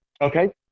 Okay